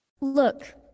Look